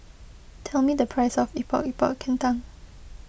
tell me the price of Epok Epok Kentang